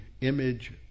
image